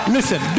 Listen